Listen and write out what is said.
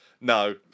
No